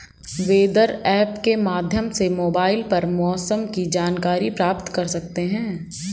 weather app के माध्यम से मोबाइल पर मौसम की जानकारी प्राप्त कर सकते हैं